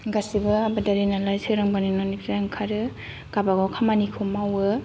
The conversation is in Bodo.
गासिबो आबादारि नालाय सोरांब्लानो न'निफ्राय ओंखारो गाबागाव खामानिखौ मावो